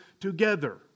together